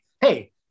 hey